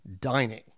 dining